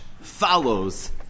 follows